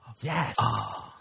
yes